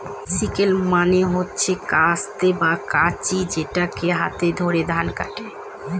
sickle মানে হচ্ছে কাস্তে বা কাঁচি যেটাকে হাতে করে ধান কাটে